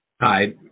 Hi